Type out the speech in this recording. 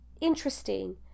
interesting